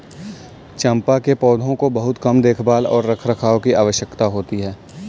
चम्पा के पौधों को बहुत कम देखभाल और रखरखाव की आवश्यकता होती है